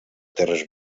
terres